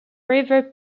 river